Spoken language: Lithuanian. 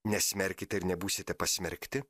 nesmerkite ir nebūsite pasmerkti